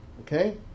Okay